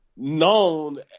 known